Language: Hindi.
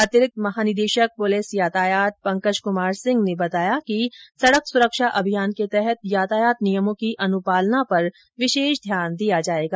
अतिरिक्त महानिदेषक पुलिस यातायात पंकज कुमार सिंह ने बताया कि सडक सुरक्षा अभियान के तहत यातायात नियमों की अनुपालना पर विर्षेष ध्यान दिया जायेगा